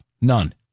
None